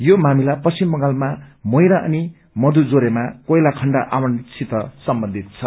यो मामिला पश्चिम बंगाल मोइरामा अनि मधुजोरेमा कोइला खण्ड आवण्टनसित सम्बन्धित छ